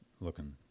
looking